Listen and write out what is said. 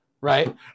right